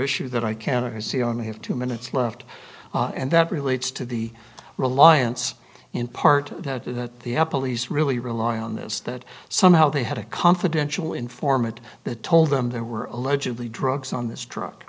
issues that i can see only have two minutes left and that relates to the reliance in part that the apple these really rely on this that somehow they had a confidential informant that told them there were allegedly drugs on this truck